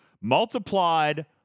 multiplied